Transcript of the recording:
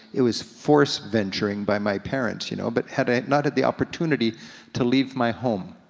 it was forced venturing by my parents, you know? but had i not had the opportunity to leave my home.